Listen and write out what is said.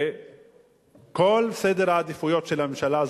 וכל סדר העדיפויות של הממשלה הזאת,